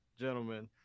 gentlemen